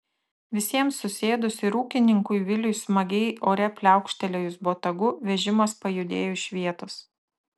visiems susėdus ir ūkininkui viliui smagiai ore pliaukštelėjus botagu vežimas pajudėjo iš vietos